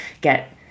get